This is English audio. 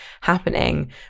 happening